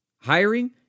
Hiring